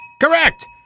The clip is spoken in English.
Correct